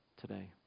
today